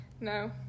no